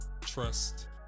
Trust